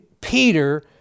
Peter